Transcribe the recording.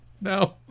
No